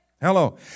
Hello